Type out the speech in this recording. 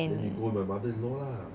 then you go with my mother in law lah